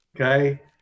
okay